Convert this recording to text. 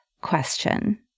question